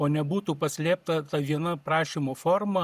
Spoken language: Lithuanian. o nebūtų paslėpta ta viena prašymo forma